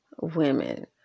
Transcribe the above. women